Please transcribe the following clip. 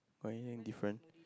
got anything different